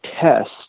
test